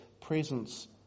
presence